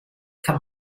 kann